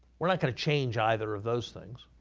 we're not going to change either of those things.